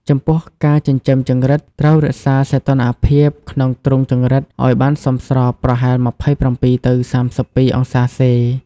ចំពោះការចិញ្ចឹមចង្រិតត្រូវរក្សាសីតុណ្ហភាពក្នុងទ្រុងចង្រិតឲ្យបានសមស្រប ប្រហែល ២៧ ទៅ ៣២ អង្សាសេ។